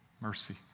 Mercy